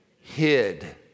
hid